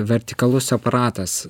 vertikalus aparatas